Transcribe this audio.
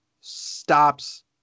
stops